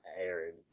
Aaron